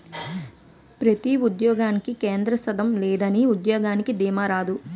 ప్రతి ఉద్యోగానికి కేంద్ర సంస్థ లేనిదే ఉద్యోగానికి దీమా రాదు